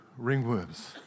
ringworms